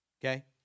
Okay